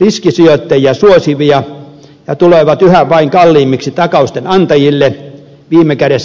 riskisijoittajia suosivia ja tulevat yhä vain kalliimmiksi takausten antajille viime kädessä veronmaksajille